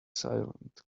silent